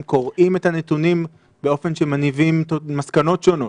קוראים את הנתונים באופן שמניב מסקנות שונות?